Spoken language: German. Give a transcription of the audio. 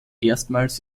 erstmals